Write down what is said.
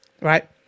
right